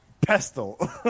pestle